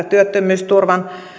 työttömyysturvan